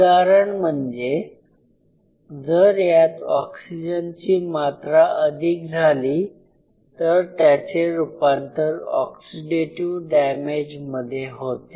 उदाहरण म्हणजे जर यात ऑक्सिजनची मात्रा अधिक झाली तर त्याचे रूपांतर ऑक्सीडेटीव डॅमेज मध्ये होते